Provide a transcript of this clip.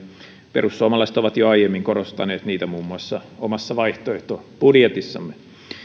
perussuomalaiset ovat jo aiemmin korostaneet niitä muun muassa omassa vaihtoehtobudjetissamme